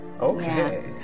Okay